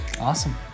Awesome